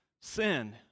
sin